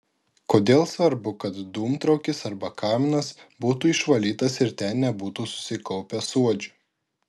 kodėl svarbu kad dūmtraukis arba kaminas būtų išvalytas ir ten nebūtų susikaupę suodžių